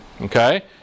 Okay